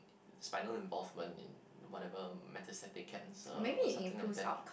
spinal involvement in whatever metastatic cancer or something like that